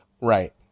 right